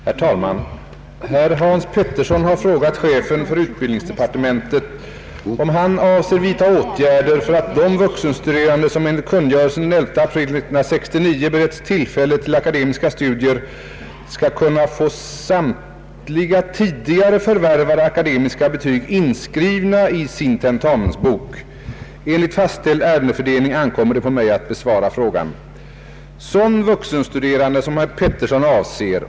Herr talman! Herr Hans Petersson har frågat chefen för utbildningsdepartementet, om han avser vidta åtgärder för att de vuxenstuderande som enligt kungörelsen den 11 april 1969 beretts tillfälle till akademiska studier skall kunna få samtliga tidigare förvärvade akademiska betyg inskrivna i sin tentamensbok. Enligt fastställd ärendefördelning ankommer det på mig att besvara frågan.